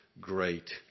great